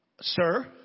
Sir